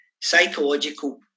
psychological